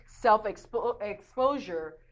self-exposure